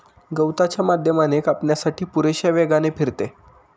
गवताच्या माध्यमाने कापण्यासाठी पुरेशा वेगाने फिरते